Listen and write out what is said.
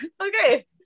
okay